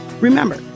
Remember